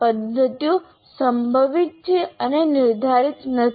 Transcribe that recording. તેથી પદ્ધતિઓ સંભવિત છે અને નિર્ધારિત નથી